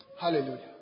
Hallelujah